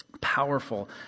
powerful